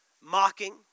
Mocking